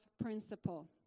principle